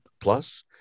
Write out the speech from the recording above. plus